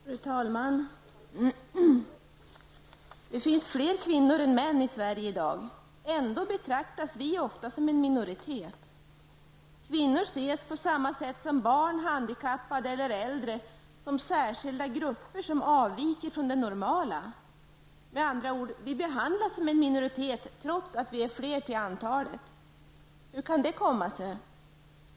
Fru talman! Det finns i dag fler kvinnor än män i Sverige. Ändå betraktas vi ofta som en minoritet. Kvinnor ses, på samma sätt som barn, handikappade och äldre, som en särskild grupp som avviker från det normala. Med andra ord behandlas vi som en minoritet trots att vi är fler. Hur kan detta komma sig?